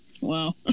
Wow